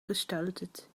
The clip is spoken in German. gestaltet